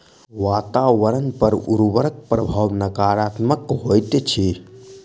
वातावरण पर उर्वरकक प्रभाव नाकारात्मक होइत अछि